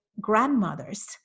grandmothers